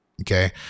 Okay